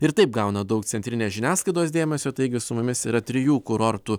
ir taip gauna daug centrinės žiniasklaidos dėmesio taigi su mumis yra trijų kurortų